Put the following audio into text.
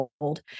old